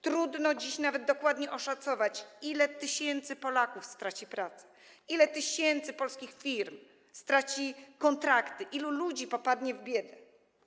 Trudno dziś nawet dokładnie oszacować, ile tysięcy Polaków straci pracę, ile tysięcy polskich firm straci kontrakty, ilu ludzi popadnie w biedę.